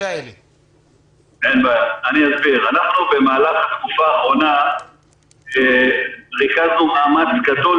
אנחנו במהלך התקופה האחרונה ריכזנו מאמץ גדול